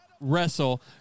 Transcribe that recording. wrestle